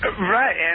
Right